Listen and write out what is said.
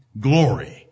Glory